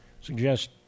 suggest